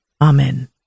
Amen